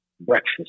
breakfast